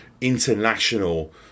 international